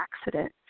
accident